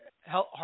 Health